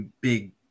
big